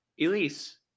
Elise